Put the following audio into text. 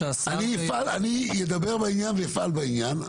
אני אדבר בעניין ואפעל בעניין,